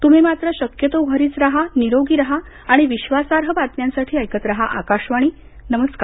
तुम्ही मात्र शक्यतो घरीच राहा निरोगी राहा आणि विश्वासार्ह बातम्यांसाठी ऐकत राहा आकाशवाणी नमस्कार